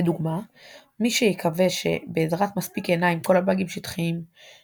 לדוגמה מי שיקווה ש״בעזרת מספיק עיניים כל הבאגים שטחיים״